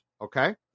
Okay